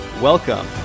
Welcome